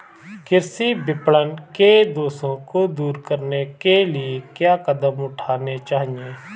कृषि विपणन के दोषों को दूर करने के लिए क्या कदम उठाने चाहिए?